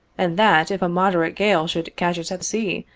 and that, if a moderate gale should catch us at sea,